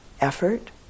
effort